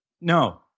no